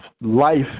Life